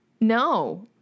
No